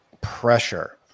pressure